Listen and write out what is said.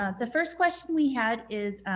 ah the first question we had is,